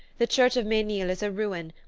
the church of menil is a ruin,